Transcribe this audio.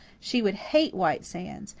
she would hate white sands,